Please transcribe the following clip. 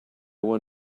were